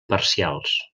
parcials